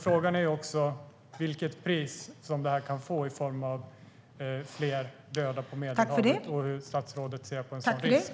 Frågan är vilket pris det kan få i form av fler döda på Medelhavet och hur statsrådet ser på en sådan risk.